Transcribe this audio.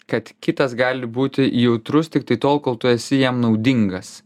kad kitas gali būti jautrus tiktai tol kol tu esi jam naudingas